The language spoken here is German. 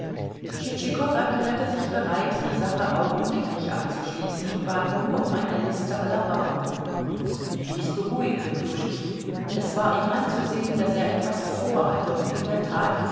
erklärte sich bereit die sache augenblicklich abzuschließen und bat nur um eine liste aller bauern dies beruhigte pljuschkin es war ihm anzusehen daß er etwas vorhatte und in der tat